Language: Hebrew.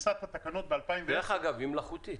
דרך אגב היא מלאכותית.